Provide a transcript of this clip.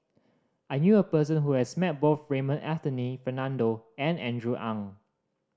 I knew a person who has met both Raymond Anthony Fernando and Andrew Ang